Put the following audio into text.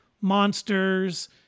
monsters